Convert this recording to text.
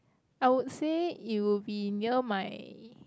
I would say it would be near my